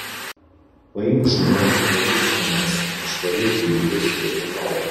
paimk žuvį nuvalyk žvynus išvalyk vidurius ir nuplauk